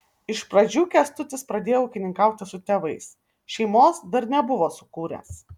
iš pradžių kęstutis pradėjo ūkininkauti su tėvais šeimos dar nebuvo sukūręs